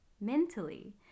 mentally